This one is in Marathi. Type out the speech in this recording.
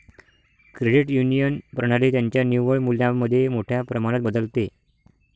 क्रेडिट युनियन प्रणाली त्यांच्या निव्वळ मूल्यामध्ये मोठ्या प्रमाणात बदलते